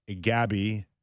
gabby